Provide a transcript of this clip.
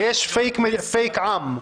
ויש פייק עם.